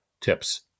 tips